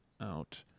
out